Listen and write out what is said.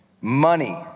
Money